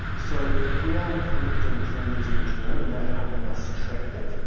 so we are collecting changes in the genome and they are helping us track it.